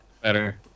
better